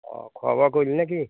অঁ খোৱা বোৱা কৰিলি নে কি